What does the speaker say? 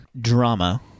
drama